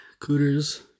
cooters